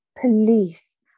police